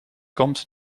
komt